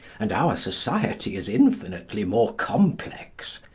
and our society is infinitely more complex,